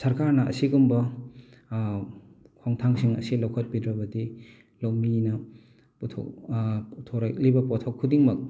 ꯁꯔꯀꯥꯔꯅ ꯑꯁꯤꯒꯨꯝꯕ ꯈꯣꯡꯊꯥꯡꯁꯤꯡ ꯑꯁꯤ ꯂꯧꯈꯠꯄꯤꯗ꯭ꯔꯕꯗꯤ ꯂꯧꯃꯤꯅ ꯄꯨꯊꯣꯛ ꯄꯨꯊꯣꯔꯛꯂꯤꯕ ꯄꯣꯊꯣꯛ ꯈꯨꯗꯤꯡꯃꯛ